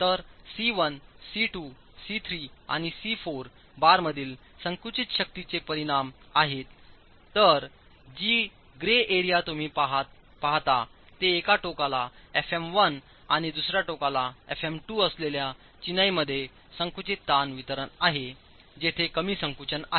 तर C 1 C 2 C 3 आणि C 4 बारमधील संकुचित शक्तींचे परिणाम आहेत तर जी ग्रे एरिया तुम्ही पाहता ते एका टोकाला fm1 आणि दुसऱ्या टोकाला fm2 असलेल्या चिनाईमध्ये संकुचित ताण वितरण आहे जेथे कमी संकुचन आहे